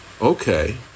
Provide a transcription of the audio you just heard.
Okay